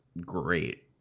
great